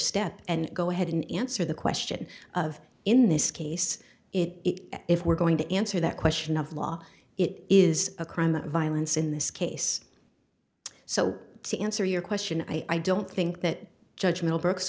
step and go ahead and answer the question of in this case it if we're going to answer that question of law it is a crime of violence in this case so to answer your question i don't think that judge middlebrooks